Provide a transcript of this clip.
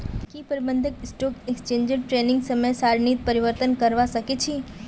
की प्रबंधक stock exchange ट्रेडिंगेर समय सारणीत परिवर्तन करवा सके छी